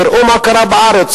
וראו מה קרה בארץ,